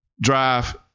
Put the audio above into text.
drive